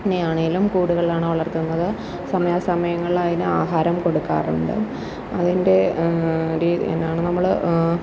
നെ ആണെങ്കിലും കൂടുകളിലാണ് വളർത്തുന്നത് സമയാ സമയങ്ങളിൽ അതിന് ആഹാരം കൊടുക്കാറുണ്ട് അതിൻ്റെ രീ എന്നാണ് നമ്മൾ